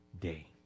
day